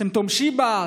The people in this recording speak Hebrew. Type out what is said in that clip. סימפטום שיבא,